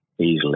Easily